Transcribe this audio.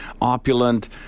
opulent